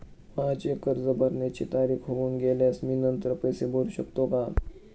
माझे कर्ज भरण्याची तारीख होऊन गेल्यास मी नंतर पैसे भरू शकतो का?